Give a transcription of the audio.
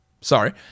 sorry